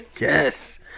Yes